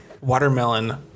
watermelon